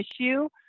issue